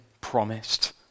promised